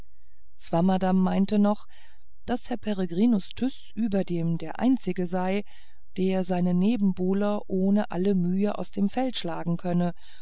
swammerdamm meinte noch daß herr peregrinus tyß überdem der einzige sei der seine nebenbuhler ohne alle mühe aus dem felde schlagen könne